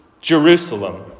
Jerusalem